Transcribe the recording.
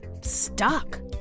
stuck